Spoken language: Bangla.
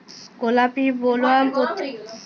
গোলাপী বোলওয়ার্ম প্রতিরোধে কী কী ব্যবস্থা নেওয়া হয়?